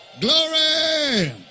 Glory